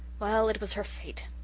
well, it was her fate.